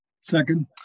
Second